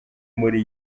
muri